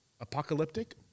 Apocalyptic